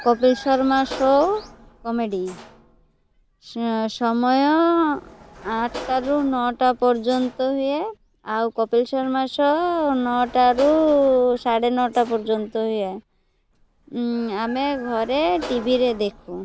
Kapil Sharma show comedy ସମୟ ଆଠଟାରୁ ନଅଟା ପର୍ଯ୍ୟନ୍ତ ହୁଏ ଆଉ କପିଲ ଶର୍ମା ସୋ ନଅଟାରୁ ସାଢ଼େ ନଅଟା ପର୍ଯ୍ୟନ୍ତ ହୁଏ ଆମେ ଘରେ ଟିଭିରେ ଦେଖୁ